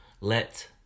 let